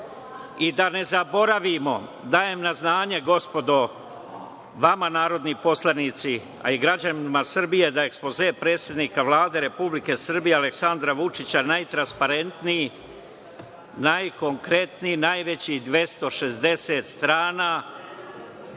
da ne zaboravimo, dajem na znanje gospodo, vama narodni poslanici, a i građanima Srbije da je ekspoze predsednika Vlada Republike Srbije, Aleksandra Vučića najtransparentniji, najkonkretniji, najveći 260 strana